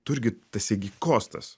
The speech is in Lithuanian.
tu irgi esi gi kostas